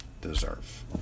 deserve